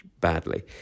badly